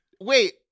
Wait